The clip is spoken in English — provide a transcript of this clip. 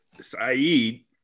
Saeed